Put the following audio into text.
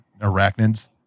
arachnids